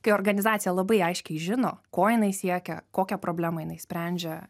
kai organizacija labai aiškiai žino ko jinai siekia kokią problemą jinai sprendžia